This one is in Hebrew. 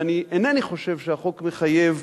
ואני אינני חושב שהחוק מחייב